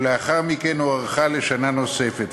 ולאחר מכן היא הוארכה בשנה נוספת,